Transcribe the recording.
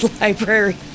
library